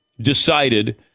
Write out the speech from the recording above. decided